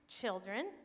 children